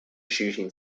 shooting